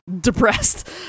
depressed